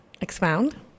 expound